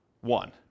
one